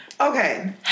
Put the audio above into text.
okay